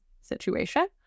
situation